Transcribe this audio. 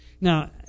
Now